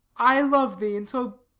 i love thee in so